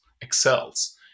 excels